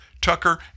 Tucker